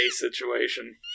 situation